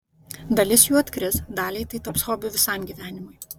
dalis jų atkris daliai tai taps hobiu visam gyvenimui